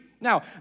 Now